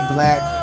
Black